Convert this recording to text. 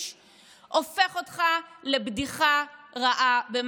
הופך אותך לבדיחה רעה במערכת החינוך,